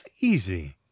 easy